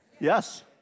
Yes